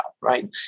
right